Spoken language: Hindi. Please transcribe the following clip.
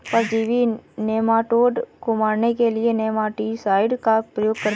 परजीवी नेमाटोड को मारने के लिए नेमाटीसाइड का प्रयोग करते हैं